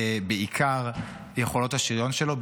בעיקר יכולות השריון שלו,